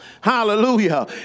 hallelujah